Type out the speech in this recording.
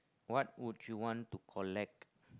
what would you want to collect